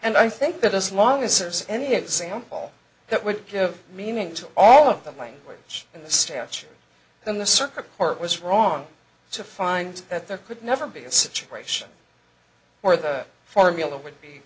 and i think that as long as there's any example that would give meaning to all of the language in the statute then the circuit court was wrong to find that there could never be a situation where the formula would be